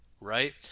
right